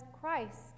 Christ